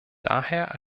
daher